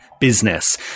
business